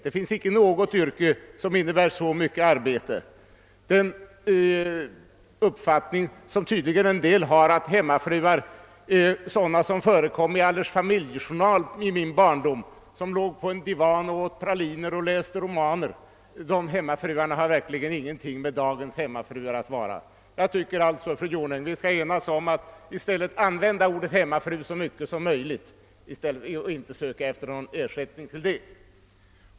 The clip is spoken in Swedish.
Det finns inget annat yrke som innebär så mycket arbete. En del människor har tydligen den uppfattningen att hemmafruar är sådana kvinnor som förekom i Allers Familjejournal i min barndom, vilka låg på en divan och åt praliner och läste romaner, men de människorna har verkligen ingenting med dagens hemmafruar att göra. Jag tycker alltså, fru Jonäng, att vi i stället skall enas om att använda ordet hemmafru så mycket som möjligt och inte söka någon ersättning för det.